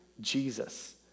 Jesus